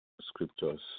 scriptures